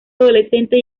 adolescente